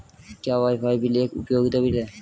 क्या WiFi bill एक उपयोगिता बिल है?